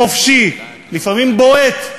חופשי, לפעמים בועט,